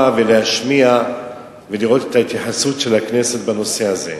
ולהשמיע ולראות את ההתייחסות של הכנסת בנושא הזה.